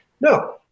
No